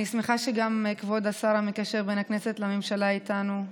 אני שמחה שגם כבוד השר המקשר בין הכנסת לממשלה איתנו,